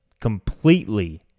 completely